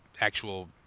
actual